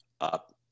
up